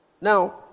Now